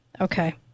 Okay